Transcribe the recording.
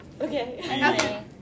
Okay